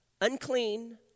Unclean